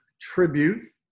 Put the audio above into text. tribute